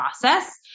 process